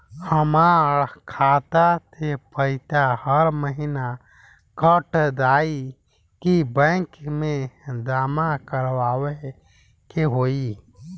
हमार खाता से पैसा हर महीना कट जायी की बैंक मे जमा करवाए के होई?